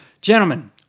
Gentlemen